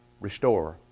restore